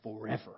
forever